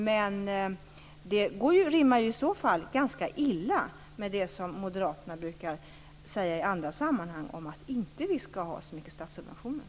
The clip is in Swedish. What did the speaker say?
Men det rimmar i så fall illa med det som Moderaterna brukar säga i andra sammanhang, nämligen att det inte skall vara så mycket statliga subventioner.